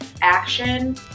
action